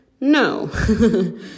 No